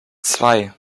zwei